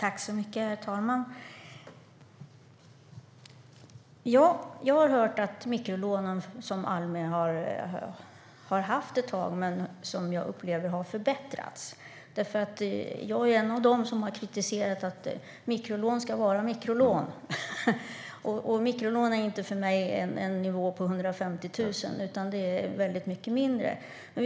Herr talman! Jag upplever att de mikrolån Almi har haft ett tag har förbättrats. Jag är en av dem som har kritiserat detta, för mikrolån ska vara mikrolån. Mikrolån innebär för mig inte en nivå på 150 000, utan det innebär en väldigt mycket lägre nivå.